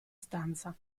stanza